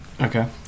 Okay